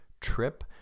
trip